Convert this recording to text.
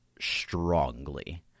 Strongly